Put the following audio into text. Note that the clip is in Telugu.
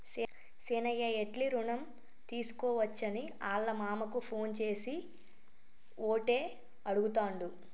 సీనయ్య ఎట్లి రుణం తీసుకోవచ్చని ఆళ్ళ మామకు ఫోన్ చేసి ఓటే అడుగుతాండు